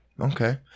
okay